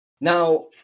Now